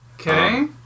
Okay